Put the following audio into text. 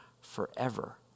forever